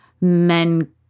men